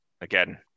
again